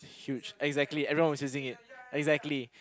huge exactly everyone was using it exactly